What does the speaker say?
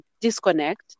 disconnect